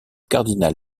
cardinal